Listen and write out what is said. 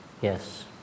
Yes